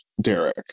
Derek